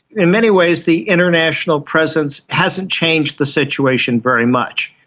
in many ways the international presence hasn't changed the situation very much.